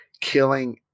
killing